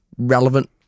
relevant